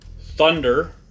Thunder